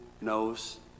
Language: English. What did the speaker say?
knows